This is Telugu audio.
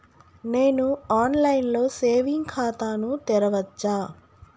నేను ఆన్ లైన్ లో సేవింగ్ ఖాతా ను తెరవచ్చా?